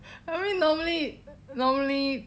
I mean normally normally